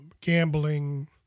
gambling